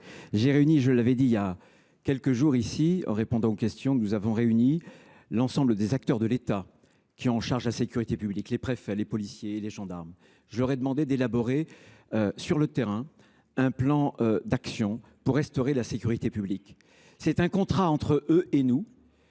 la régler. Je l’ai dit ici il y a quelques jours en réponse à une question, nous avons réuni l’ensemble des acteurs de l’État chargés de la sécurité publique : les préfets, les policiers, les gendarmes. Je leur ai demandé d’élaborer, sur le terrain, un plan d’action pour restaurer la sécurité publique. C’est un contrat entre eux et nous.